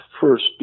First